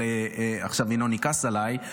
עכשיו ינון יכעס עליי,